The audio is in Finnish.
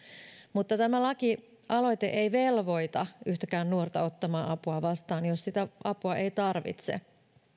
mutta tämä lakialoite ei velvoita yhtäkään nuorta ottamaan apua vastaan jos sitä apua ei tarvitse